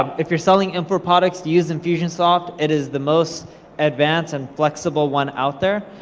if you're selling info products, you use infusionsoft. it is the most advanced and flexible one out there.